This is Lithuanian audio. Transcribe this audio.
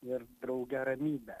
ir drauge ramybę